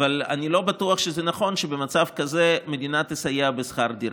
אבל אני לא בטוח שזה נכון שבמצב כזה המדינה תסייע בשכר דירה.